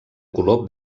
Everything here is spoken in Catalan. color